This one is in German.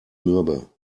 mürbe